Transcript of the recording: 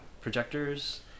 projectors